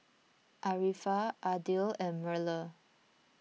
Arifa Aidil and Melur